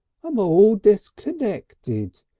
i'm ah all disconnected.